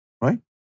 Right